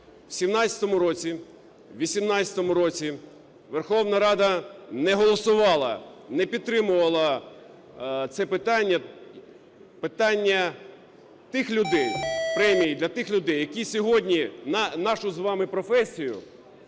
в 18-му році Верховна Рада не голосувала, не підтримувала це питання - питання тих людей, премії для тих людей, які сьогодні нашу з вами професію